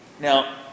Now